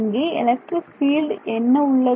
இங்கே electric field என்ன உள்ளது